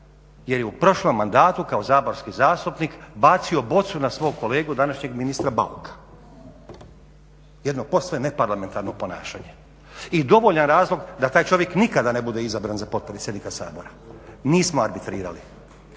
jer je u prošlom mandatu kao saborski zastupnik bacio bocu na svog kolega današnjeg ministra Bauka. Jedno posve neparlamentarno ponašanje i dovoljan razlog da taj čovjek nikada ne bude izabran za potpredsjednika Sabora, nismo arbitrirali.